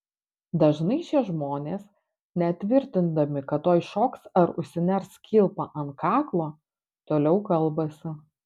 dažnai šie žmonės net tvirtindami kad tuoj šoks ar užsiners kilpą ant kaklo toliau kalbasi